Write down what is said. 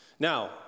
Now